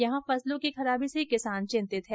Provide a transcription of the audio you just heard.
यहां फसलों के खराबे से किसान चिंतित है